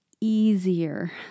easier